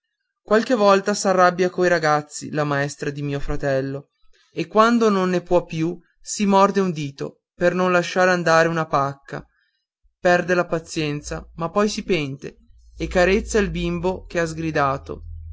qualche volta s'arrabbia coi ragazzi la maestra di mio fratello e quando non ne può più si morde un dito per non lasciar andare una pacca perde la pazienza ma poi si pente e carezza il bimbo che ha sgridato